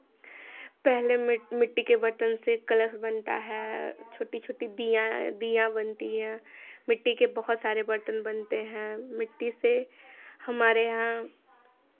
पहले मिट्टी के बर्तन से कलश बनता है छोटी छोटी दीयाएँ दीया बनती है मिट्टी के बहुत सारे बर्तन बनते हैं मिट्टी से हमारे यहाँ